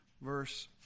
verse